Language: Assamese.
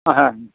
হয়